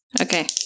Okay